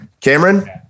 Cameron